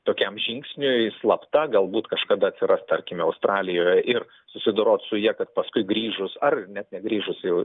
tokiam žingsniui slapta galbūt kažkada atsiras tarkime australijoje ir susidorot su ja kad paskui grįžus ar net negrįžus jau